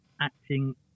acting